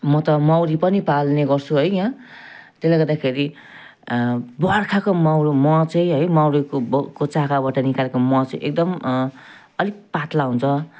म त मौरी पनि पाल्ने गर्छु है यहाँ त्यसले गर्दाखेरि बर्खाको मौ मह चाहिँ है मौरीको चाकाबाट निकालेको मह चाहिँ एकदम अलिक पात्ला हुन्छ